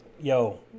yo